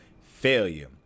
failure